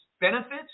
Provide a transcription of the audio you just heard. benefits